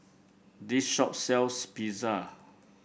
this shop sells Pizza